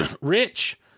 Rich